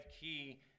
key